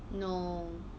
no